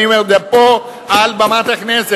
אני אומר את זה פה, על במת הכנסת.